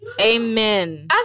Amen